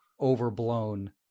overblown